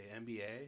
NBA